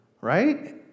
right